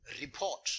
report